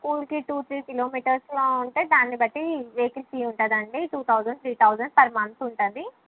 స్కూల్కి two three కిలోమీటర్స్లో ఉంటే దాన్ని బట్టి వెహికల్ ఫీ ఉంటుంది అండి two thousand three thousand per month ఉంటుంది